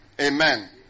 Amen